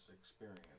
experience